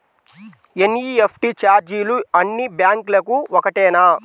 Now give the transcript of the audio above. NEFT ఛార్జీలు అన్నీ బ్యాంక్లకూ ఒకటేనా?